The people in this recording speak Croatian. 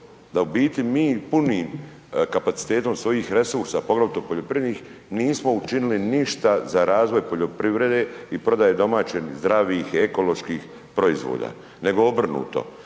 Da u biti mi punim kapacitetom svojih resursa, poglavito poljoprivrednih, nismo učinili ništa za razvoj poljoprivrede i prodaje domaćih, zdravih, ekoloških proizvoda, nego obrnuto,